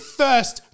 first